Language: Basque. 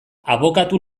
abokatu